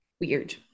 Weird